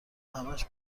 همش